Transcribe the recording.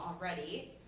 already